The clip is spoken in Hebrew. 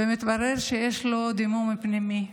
ומתברר שיש לו דימום פנימי,